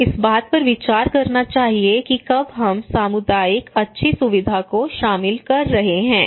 हमें इस बात पर विचार करना चाहिए कि कब हम सामुदायिक अच्छी सुविधा को शामिल कर रहे हैं